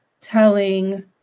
telling